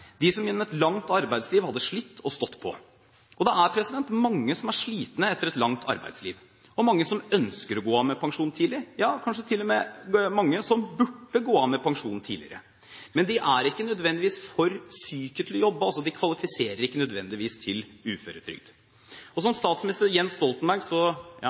de som gjennom et langt arbeidsliv hadde slitt og stått på. Det er mange som er slitne etter et langt arbeidsliv, og det er mange som ønsker å gå av med pensjon tidlig, ja kanskje til og med mange som burde gå av med pensjon tidligere, men de er ikke nødvendigvis for syke til å jobbe. De kvalifiserer ikke nødvendigvis til uføretrygd. Som statsminister Jens Stoltenberg